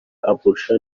abuja